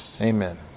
Amen